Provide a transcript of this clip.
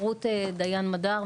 דיין מדר,